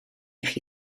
chi